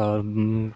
اور